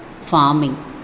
farming